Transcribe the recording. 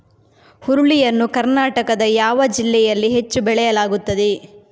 ಹುರುಳಿ ಯನ್ನು ಕರ್ನಾಟಕದ ಯಾವ ಜಿಲ್ಲೆಯಲ್ಲಿ ಹೆಚ್ಚು ಬೆಳೆಯಲಾಗುತ್ತದೆ?